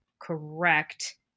correct